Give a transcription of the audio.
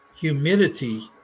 humidity